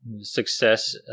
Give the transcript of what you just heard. success